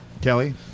Kelly